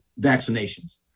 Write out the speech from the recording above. vaccinations